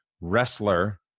wrestler